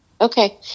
Okay